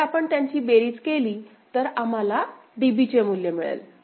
जर आपण त्यांची बेरीज केली तर आम्हाला DB चे मूल्य मिळेल